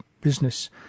business